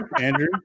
Andrew